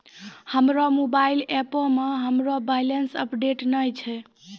हमरो मोबाइल एपो मे हमरो बैलेंस अपडेट नै छै